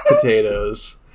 potatoes